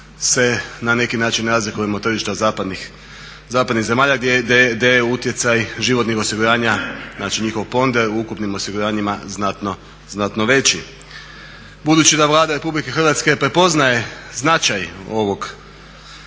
se na neki način razlikujemo od tržišta zapadnih zemalja gdje je utjecaj životnih osiguranja, znači njihov ponder u ukupnim osiguranjima znatno veći. Budući da Vlada Republike Hrvatske prepoznaje značaj ovog